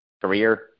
career